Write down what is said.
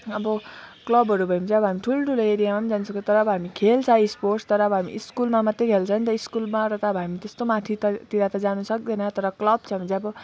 अब क्लबहरू भयो भने चाहिँ अब हामी ठुलो ठुलो एरियामा जानु सक्छ तर हामी खेल्छ स्पोर्ट्स तर हामी स्कुलमा मात्र खेल्छ नि त स्कुलमा र त हामी त्यस्तो माथि त तिर त जानु सक्दैन तर क्लब छ भने चाहिँ अब